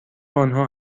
آنها